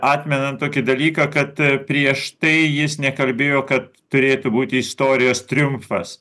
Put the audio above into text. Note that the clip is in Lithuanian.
atmenant tokį dalyką kad prieš tai jis nekalbėjo kad turėtų būti istorijos triumfas